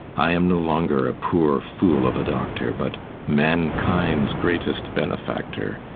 i am no longer a poor fool of a doctor, but mankind's greatest benefactor.